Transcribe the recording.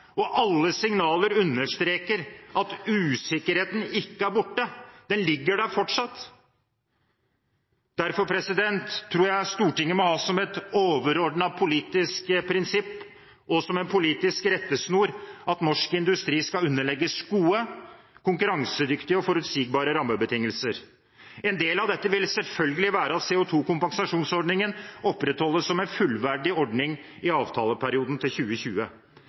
og alle signaler understreker at usikkerheten ikke er borte, den ligger der fortsatt. Derfor tror jeg at Stortinget må ha som et overordnet politisk prinsipp og som en politisk rettesnor at norsk industri skal underlegges gode, konkurransedyktige og forutsigbare rammebetingelser. En del av dette vil selvfølgelig være at CO2-kompensasjonsordningen opprettholdes som en fullverdig ordning i avtaleperioden til 2020.